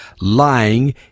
lying